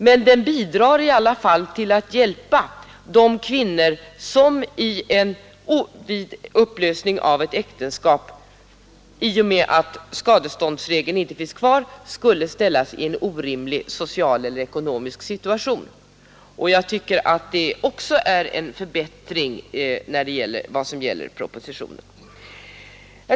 Men den bidrar i alla fall till att hjälpa de kvinnor som vid upplösning av ett äktenskap, i och med att skadeståndsregeln inte finns kvar, skulle ställas i en orimlig social eller ekonomisk situation. Detta är alltså en förbättring i propositionen.